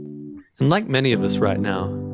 and like many of us right now,